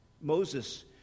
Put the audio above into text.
Moses